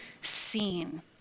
seen